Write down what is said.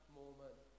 moment